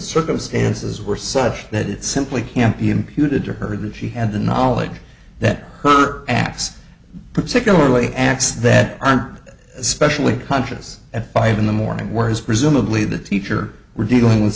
circumstances were such that it simply can't be imputed to her that she had the knowledge that her acts particularly acts that aren't especially conscious at five in the morning whereas presumably the teacher we're dealing with